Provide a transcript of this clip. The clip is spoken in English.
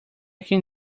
can